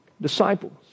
disciples